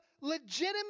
legitimate